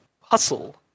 hustle